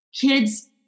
kids